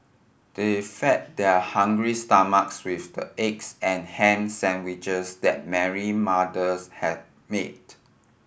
they fed their hungry stomachs with the eggs and ham sandwiches that Mary mother's had made